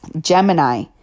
Gemini